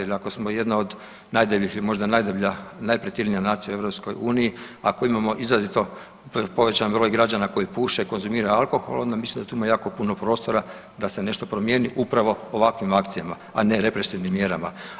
Jer ako smo jedna od najdebljih ili možda najpretilija nacija u EU, ako imamo izrazito povećan broj građana koji puše i konzumiraju alkohol, onda mislim da tu ima jako puno prostora da se nešto promijeni upravo ovakvim akcijama a ne represivnim mjerama.